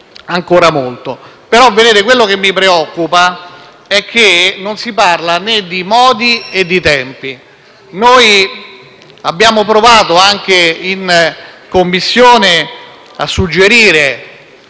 ancora per molto, però, colleghi, quello che mi preoccupa è che non si parla né di modi né di tempi. Abbiamo provato anche in Commissione a dare